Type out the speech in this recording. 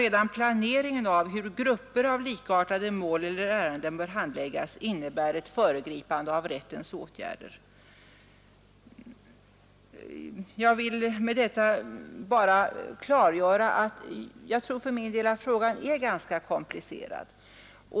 Redan planeringen av hur grupper av likartade mål eller ärenden bör handläggas innebär ett föregripande av rättens åtgärder.” Jag vill med detta bara klargöra att jag för min del tror att frågan är ganska komplicerad.